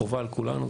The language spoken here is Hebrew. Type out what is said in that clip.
החובה על כולנו,